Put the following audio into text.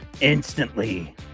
instantly